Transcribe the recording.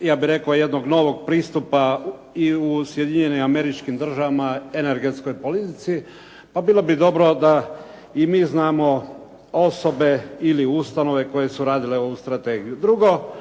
ja bih rekao, jednog novog pristupa i u Sjedinjenim Američkim Državama energetskoj politici pa bilo bi dobro da i mi znamo osobe ili ustanove koje su radile ovu strategiju. Drugo